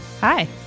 Hi